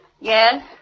Yes